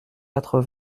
quatre